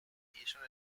aviation